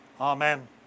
Amen